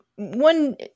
One